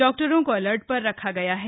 डॉक्टरों को अलर्ट पर रखा गया है